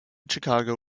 chicago